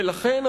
ולכן,